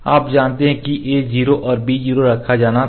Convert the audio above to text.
आप जानते हैं कि a0 और b0 रखा जाना था